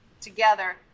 together